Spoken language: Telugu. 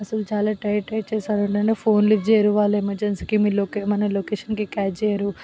అసలు చాలా టైట్ టైట్ చేస్తారు నన్ను ఫోన్ లిఫ్ట్ చేయరు వాళ్ళు ఎమర్జెన్సీకి మన మీ మన లొకేషన్కి క్యాచ్ చేయరు